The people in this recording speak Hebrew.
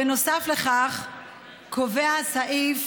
בנוסף לכך קובע הסעיף